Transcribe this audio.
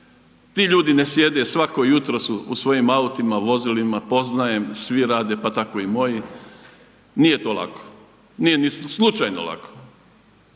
Ti ljudi ne sjede, svako jutro su u svojim autima, vozilima, poznajem svi rade pa tako i moji. Nije to lako, nije ni slučajno lako